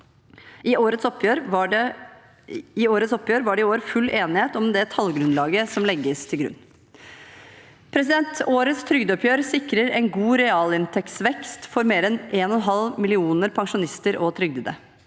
I årets oppgjør var det full enighet om det tallgrunnlaget som legges til grunn. Årets trygdeoppgjør sikrer en god realinntektsvekst for mer enn en og en halv million pensjonister og trygdede.